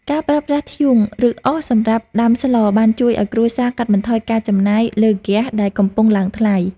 ការប្រើប្រាស់ធ្យូង ឬអុសសម្រាប់ដាំស្លបានជួយឱ្យគ្រួសារកាត់បន្ថយការចំណាយលើហ្គាសដែលកំពុងឡើងថ្លៃ។